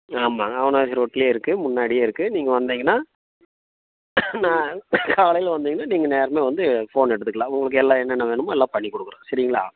ஆமாம் அவிநாசி ரோட்டிலேயே இருக்குது முன்னாடியே இருக்குது நீங்கள் வந்தீங்கன்னால் நான் காலையில் வந்தீங்கன்னால் நீங்கள் நேரமே வந்து ஃபோன் எடுத்துக்கலாம் உங்களுக்கு எல்லாம் என்னென்ன வேணுமோ எல்லாம் பண்ணிக் கொடுக்கறோம் சரிங்களா